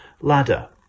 ladder